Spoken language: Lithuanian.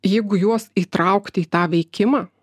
jeigu juos įtraukti į tą veikimą